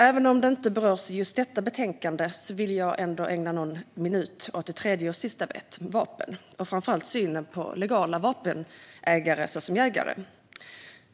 Även om det inte berörs i just detta betänkande vill jag ändå ägna någon minut åt det tredje och sista v:et, nämligen vapen. Det gäller framför allt synen på legala vapenägare, såsom jägare.